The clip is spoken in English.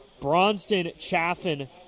Bronston-Chaffin